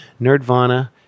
Nerdvana